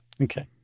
Okay